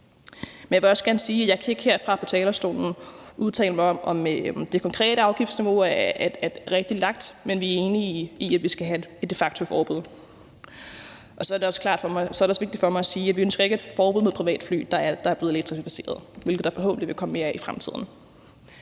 Jeg vil også gerne sige, at jeg ikke her fra talerstolen kan udtale mig om, om det konkrete afgiftsniveau er rigtigt lagt, men vi er enige i, at vi skal have et de facto forbud. Og så er det også vigtigt for mig at sige, at vi ikke ønsker et forbud mod privatfly, der er blevet elektrificeret, hvilket der forhåbentlig vil komme mere af i fremtiden.